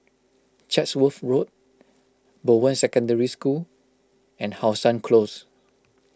Chatsworth Road Bowen Secondary School and How Sun Close